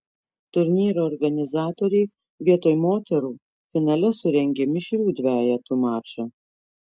turnyro organizatoriai vietoj moterų finale surengė mišrių dvejetų mačą